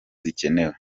zikenewe